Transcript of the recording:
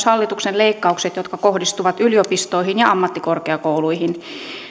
hallituksen leikkaukset jotka kohdistuvat yliopistoihin ja ammattikorkeakouluihin